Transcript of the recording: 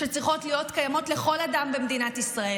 שצריכות להיות קיימות לכל אדם במדינת ישראל.